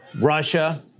Russia